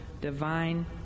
divine